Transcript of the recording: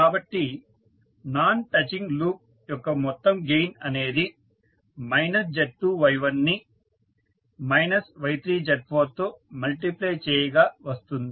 కాబట్టి non touching loop యొక్క మొత్తం గెయిన్ అనేది మైనస్ Z2 Y1 ని మైనస్ Y3 Z4 తో మల్టిప్లై చేయగా వస్తుంది